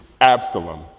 Absalom